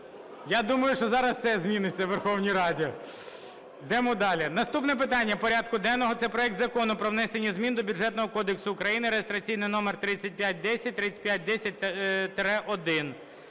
Я думаю, що зараз все зміниться в Верховній Раді. Йдемо далі. Наступне питання порядку денного – це проект Закону про внесення змін до Бюджетного кодексу України (реєстраційний номер 3510, 3510-1).